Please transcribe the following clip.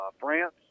France